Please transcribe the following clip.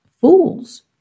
fools